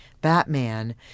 Batman